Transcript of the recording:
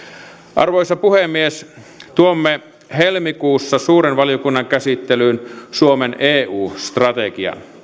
arvoisa puhemies tuomme helmikuussa suuren valiokunnan käsittelyyn suomen eu strategian